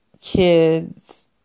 kids